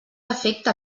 efecte